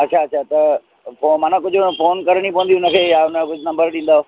अछा अछा त पोइ माना कुझु फ़ोन करणी पवंदी उन खे या हुन जो कुझु नंबर ॾींदव